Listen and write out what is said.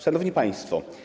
Szanowni Państwo!